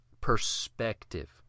Perspective